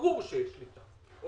ברור שיש שליטה או